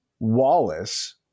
Wallace